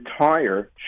entire